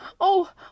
Oh